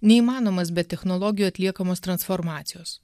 neįmanomas be technologijų atliekamos transformacijos